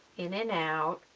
in and out